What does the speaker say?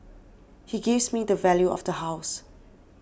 he gives me the value of the house